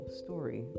story